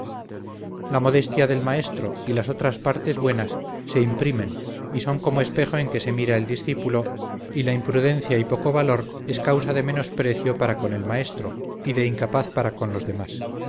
la modestia del maestro y las otras partes buenas se imprimen y son como espejo en que su mira el discípulo y la imprudencia y poco valor es causa de menosprecio para con el maestro y de incapaz para con los demás